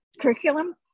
curriculum